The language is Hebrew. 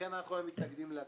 לכן אנחנו היום מתנגדים לכול.